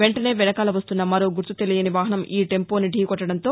వెంటనే వెనకాల వస్తున్న మరో గుర్తుతెలియని వాహనం ఈ టెంపోని ధీ కొట్టదంతో